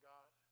God